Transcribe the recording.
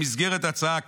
במסגרת הצעת